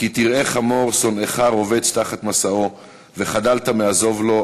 "כי תראה חמור שנאך רבץ תחת משאו וחדלת מעזב לו,